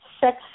sex